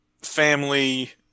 family